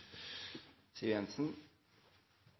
Siv Jensen